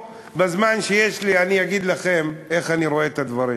בזמן שיש לי אני אגיד לכם איך אני רואה את הדברים.